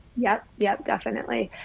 yep. yep. definitely.